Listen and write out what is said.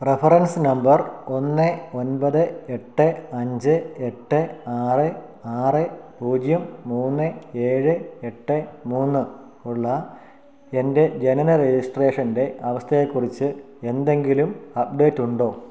reference number ഒന്ന് ഒൻപത് എട്ട് അഞ്ച് എട്ട് ആറ് ആറ് പൂജ്യം മൂന്ന് ഏഴ് എട്ട് മൂന്ന് ഉള്ള എൻ്റെ ജനന രജിസ്ട്രേഷൻ്റെ അവസ്ഥയെക്കുറിച്ച് എന്തെങ്കിലും അപ്ഡേറ്റുണ്ടോ